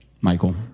Michael